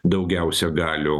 daugiausia galių